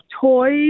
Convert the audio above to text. toys